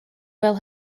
fel